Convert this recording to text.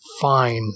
fine